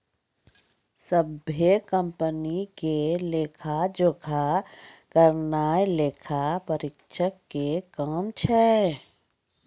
सभ्भे कंपनी के लेखा जोखा करनाय लेखा परीक्षक के काम छै